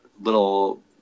little